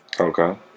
Okay